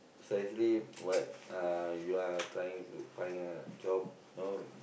so actually what uh you are trying to find a job know